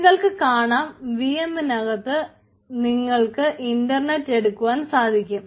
നിങ്ങൾക്ക് കാണാം V M നകത്ത് നിങ്ങൾക്ക് ഇന്റർനെറ്റ് എടുക്കുവാൻ സാധിക്കും